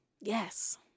Yes